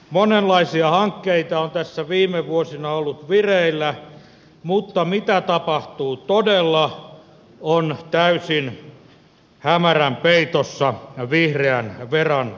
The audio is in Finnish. monenlaisia hankkeita on tässä viime vuosina ollut vireillä mutta mitä tapahtuu todella se on täysin hämärän peitossa vihreän veran alla